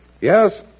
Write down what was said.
Yes